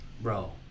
bro